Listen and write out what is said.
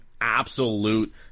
absolute